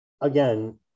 again